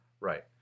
Right